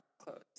clothes